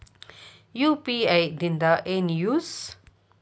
UPI ದಿಂದ ಏನು use?